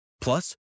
Plus